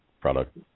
product